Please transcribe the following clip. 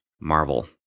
Marvel